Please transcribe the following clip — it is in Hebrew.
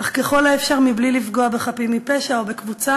אך ככל האפשר מבלי לפגוע בחפים מפשע או בקבוצה